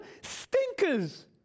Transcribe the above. stinkers